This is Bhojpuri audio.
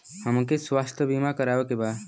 हमके स्वास्थ्य बीमा करावे के बा?